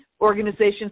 organizations